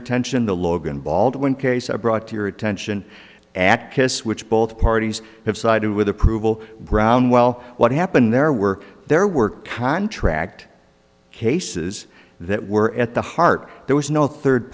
attention the logan baldwin case are brought to your attention act this which both parties have sided with approval brown well what happened there were there were contract cases that were at the heart there was no third